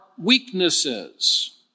weaknesses